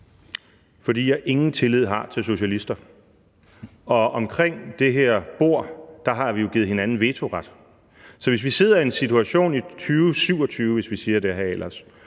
Fordi jeg ingen tillid har til socialister. Omkring det her bord har vi jo givet hinanden vetoret, så hvis vi sidder i en situation i 2027, hvis vi siger det, hr.